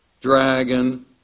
dragon